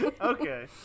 Okay